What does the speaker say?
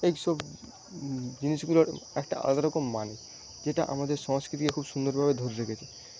এই সব জিনিসগুলোর একটা আলাদা রকম মানে যেটা আমাদের সংস্কৃতিকে খুব সুন্দরভাবে ধরে রেখেছে